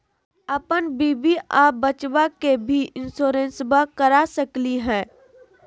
अपन बीबी आ बच्चा के भी इंसोरेंसबा करा सकली हय?